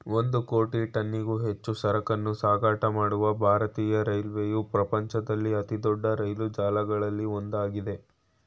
ಒಂದು ಕೋಟಿ ಟನ್ನಿಗೂ ಹೆಚ್ಚು ಸರಕನ್ನೂ ಸಾಗಾಟ ಮಾಡುವ ಭಾರತೀಯ ರೈಲ್ವೆಯು ಪ್ರಪಂಚದಲ್ಲಿ ಅತಿದೊಡ್ಡ ರೈಲು ಜಾಲಗಳಲ್ಲಿ ಒಂದಾಗಿದೆ